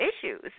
issues